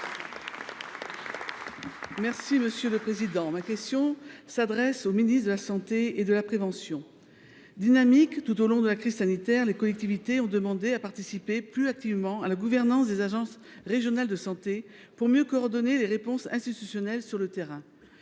Union Centriste. Ma question s'adresse à M. le ministre de la santé et de la prévention. Dynamiques tout au long de la crise sanitaire, les collectivités ont demandé à participer plus activement à la gouvernance des agences régionales de santé (ARS) pour mieux coordonner les réponses institutionnelles sur le terrain.